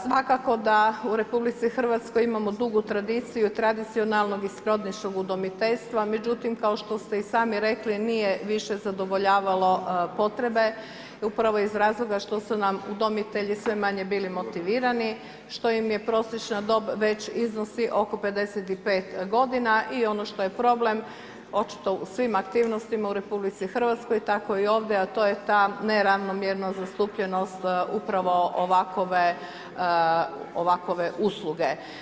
Svako da u RH imamo dugu tradiciju, jer tradicionalno bi … udomiteljstva, međutim, kao što ste i sami rekli, nije više zadovoljavalo potrebe, upravo iz razloga što su nam udomitelji sve manje bili motivirani, što im je prosječna dob već iznosi oko 55 g. i ono što je problem, očito u svim aktivnostima u RH tako i ovdje, a to je ta neravnomjerno zastupljenost upravo ovakve usluge.